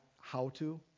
how-to